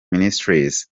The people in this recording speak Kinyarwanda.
ministries